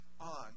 on